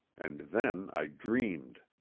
and then i dreamed.